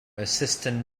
assistant